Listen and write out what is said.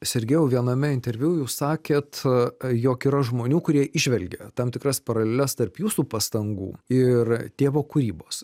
sergėjau viename interviu jūs sakėt jog yra žmonių kurie įžvelgia tam tikras paraleles tarp jūsų pastangų ir tėvo kūrybos